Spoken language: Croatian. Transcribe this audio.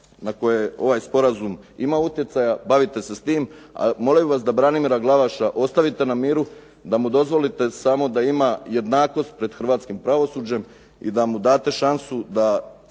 na koje ovaj sporazum ima utjecaja, bavite se s tim, a molim vas da Branimira Glavaša ostavite na miru. Da mu dozvolite samo da ima jednakost pred hrvatskim pravosuđem i da mu date šansu da